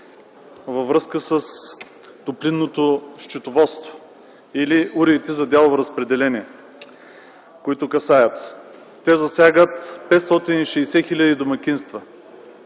във връзка с топлинното счетоводство или уредите за дялово разпределение. Те засягат 560 хиляди домакинства,